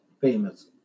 famous